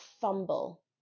fumble